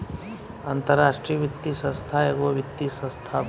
अन्तराष्ट्रिय वित्तीय संस्था एगो वित्तीय संस्था बा